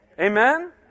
amen